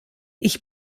ich